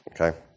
okay